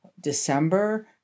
December